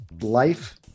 Life